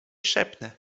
szepnę